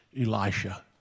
Elisha